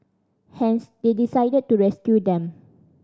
hence they decided to rescue them